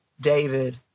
David